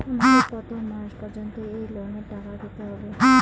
আমাকে কত মাস পর্যন্ত এই লোনের টাকা দিতে হবে?